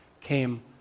came